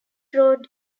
road